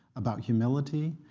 about humility.